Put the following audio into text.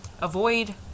avoid